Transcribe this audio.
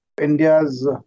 India's